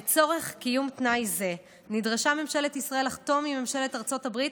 לצורך קיום תנאי זה נדרשה ממשלת ישראל לחתום עם ממשלת ארצות הברית